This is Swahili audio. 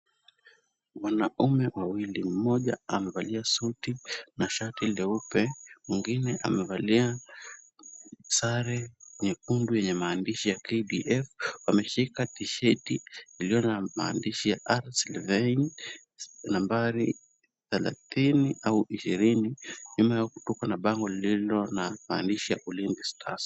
Wanaume wawili. Mmoja amevalia suti na shati leupe. Mwingine amevalia sare nyekundu yenye maandishi ya KDF. Wameshika tisheti lililo na maandishi ya R.Sylvaine nambari thelathini au ishirini. Nyuma yao kuko na bango lililo na maandishi ya Ulinzi stars.